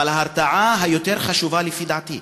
אבל ההרתעה היותר חשובה, לפי דעתי,